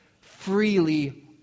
freely